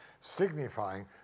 signifying